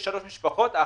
43 משפחות,